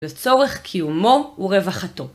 בצורך קיומו ורווחתו.